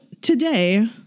today